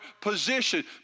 position